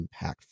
impactful